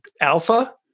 Alpha